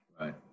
Right